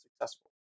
successful